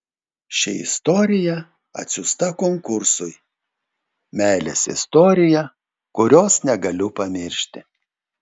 ši istorija atsiųsta konkursui meilės istorija kurios negaliu pamiršti